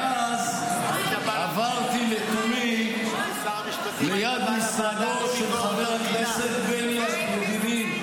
ואז עברתי לתומי ליד משרדו של חבר הכנסת בני ידידי.